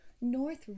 North